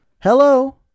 Hello